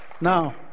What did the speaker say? now